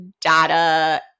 data